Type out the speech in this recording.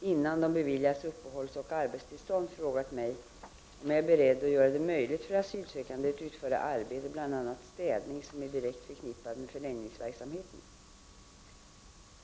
innan de beviljats uppehållsoch arbetstillstånd, frågat mig om jag är beredd att göra det möjligt för asylsökande att utföra arbete, bl.a. städning, som är direkt förknippat med förläggningsverksamheten.